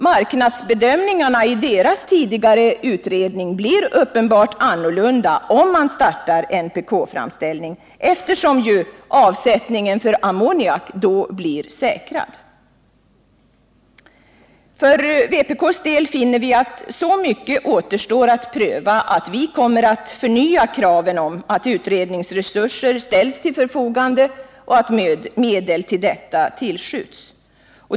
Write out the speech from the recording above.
Marknadsbedömningarna i dess tidigare utredning blir annorlunda om man startar NPK-framställning, eftersom avsättningen för ammoniak då är säkrad. För vpk:s del finner vi att så mycket återstår att pröva att vi kommer att förnya kraven på att utredningsresurser ställs till förfogande och medel tillskjuts.